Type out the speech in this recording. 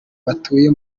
batuye